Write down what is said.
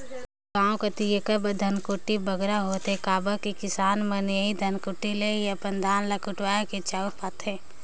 गाँव कती एकर बर धनकुट्टी बगरा होथे काबर कि किसान मन एही धनकुट्टी ले ही अपन धान ल कुटवाए के चाँउर पाथें